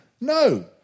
No